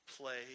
Play